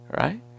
Right